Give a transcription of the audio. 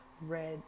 red